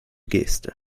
geste